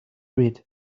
rid